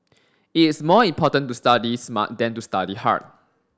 it is more important to study smart than to study hard